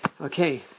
Okay